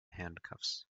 handcuffs